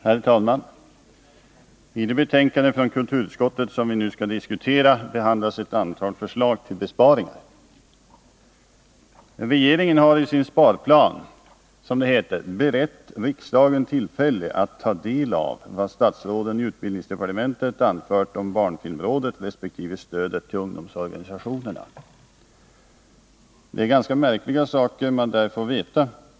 Herr talman! I det betänkande från kulturutskottet som vi nu skall diskutera behandlas ett antal förslag till besparingar. Regeringen har i sin sparplan ”berett riksdagen tillfälle att ta del av” vad statsråden i utbildningsdepartementet anfört om barnfilmrådet resp. stödet till ungdomsorganisationerna. Det är ganska märkliga saker man där får veta.